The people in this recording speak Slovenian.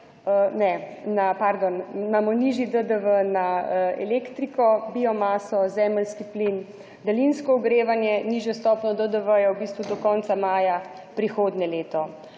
na, pardon, imamo nižji DDV na elektriko, biomaso, zemeljski plin, daljinsko ogrevanje, nižjo stopnjo DDV, ja, v bistvu do konca maja prihodnje leto.